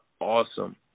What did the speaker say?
awesome